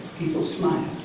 people smile.